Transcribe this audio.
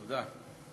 תודה.